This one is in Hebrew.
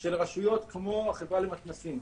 של הרשויות, כמו החברה למתנ"סים